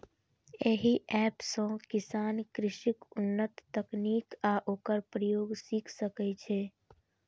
एहि एप सं किसान कृषिक उन्नत तकनीक आ ओकर प्रयोग सीख सकै छै